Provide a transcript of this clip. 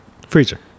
Freezer